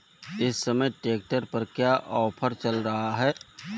इस समय ट्रैक्टर पर क्या ऑफर चल रहा है?